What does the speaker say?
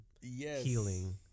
healing